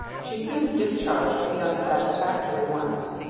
she soon discharged the unsatisfactory ones,